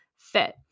fit